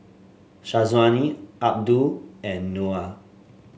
Syazwani Abdul and Noah